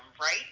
right